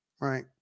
right